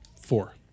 Four